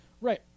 Right